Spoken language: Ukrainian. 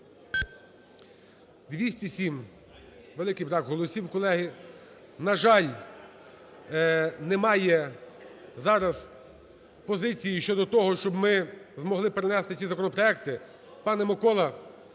За-207 Великий брак голосів, колеги. На жаль, немає зараз позиції щодо того, щоб ми змогли перенести ці законопроекти. Пане Миколо,